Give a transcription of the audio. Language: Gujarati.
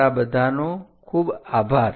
તમારા બધાનો ખૂબ આભાર